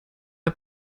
der